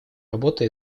работы